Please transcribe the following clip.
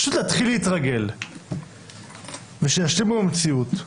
פשוט להתחיל להתרגל ולהשלים עם המציאות,